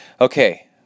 okay